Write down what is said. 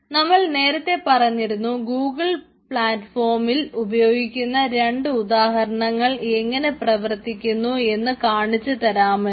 നമ്മൾ നേരത്തെ പറഞ്ഞിരുന്നു ഗൂഗിൾ പ്ലാറ്റ്ഫോമിൽ ഉപയോഗിക്കുന്ന രണ്ട് ഉദാഹരണങ്ങൾ എങ്ങനെ പ്രവർത്തിക്കുന്നു എന്ന് കാണിച്ചുതരാമെന്ന്